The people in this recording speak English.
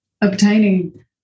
obtaining